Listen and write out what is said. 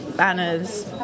banners